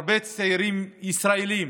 הרבה צעירים ישראלים